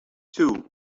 too